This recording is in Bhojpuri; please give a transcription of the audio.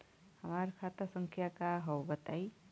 हमार खाता संख्या का हव बताई?